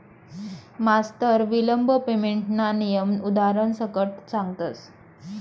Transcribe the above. मास्तर विलंब पेमेंटना नियम उदारण सकट सांगतस